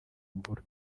mvura